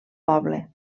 poble